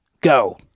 Go